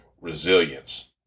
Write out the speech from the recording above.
resilience